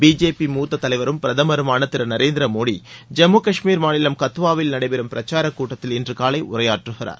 BJP மூத்த தலைவரும் பிரதமருமான திரு நரேந்திர மோடி ஜம்மு காஷ்மீர் மாநிலம் கத்துவாவில் நடைபெறும் பிரச்சாரக் கூட்டத்தில் இன்று காலை உரையாற்றுகிறார்